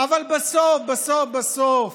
אבל בסוף בסוף בסוף